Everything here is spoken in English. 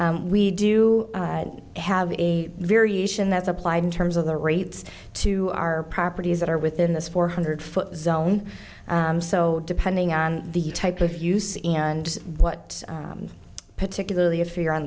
we do have a variation that's applied in terms of the rates to our properties that are within this four hundred foot zone so depending on the type of use and what particularly if you're on